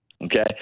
Okay